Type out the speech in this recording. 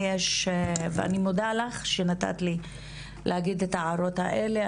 אני מודה לך שנתת לי להגיד את ההערות האלה.